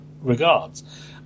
regards